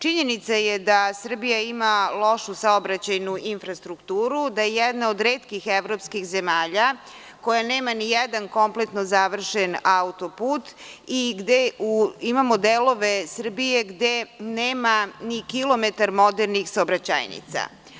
Činjenica je da Srbija ima lošu saobraćajnu infrastrukturu, da je jedna od retkih evropskih zemalja koja nema nijedan kompletno završen autoput i gde imamo delove Srbije gde nema ni kilometar modernih saobraćajnica.